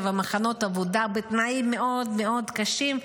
ובמחנות עבודה בתנאים מאוד מאוד קשים,